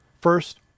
First